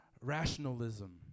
rationalism